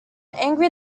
angry